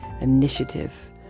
initiative